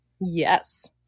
yes